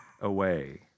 away